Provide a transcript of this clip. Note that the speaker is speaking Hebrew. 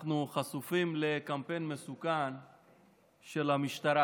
אנחנו חשופים לקמפיין מסוכן של המשטרה